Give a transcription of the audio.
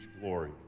glory